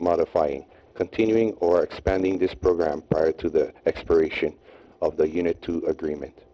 modifying continuing or expanding this program prior to the expiration of the unit to agreement